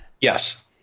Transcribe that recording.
Yes